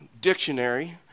dictionary